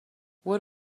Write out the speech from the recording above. what